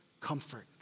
comfort